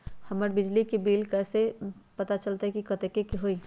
हमर बिजली के बिल कैसे पता चलतै की कतेइक के होई?